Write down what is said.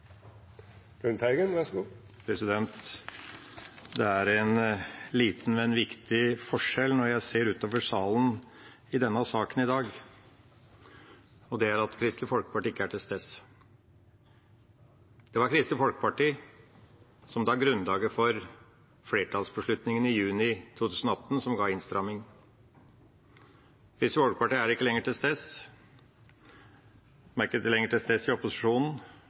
en liten, men viktig forskjell i denne saken når jeg ser utover salen i dag, og det er at Kristelig Folkeparti ikke er til stede. Det var Kristelig Folkeparti som la grunnlaget for flertallsbeslutningen i juni 2018, som ga innstramming. Kristelig Folkeparti er ikke lenger til stede i opposisjonen, men de er til stede i